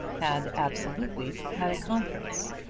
had absolutely had a conference.